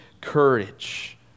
courage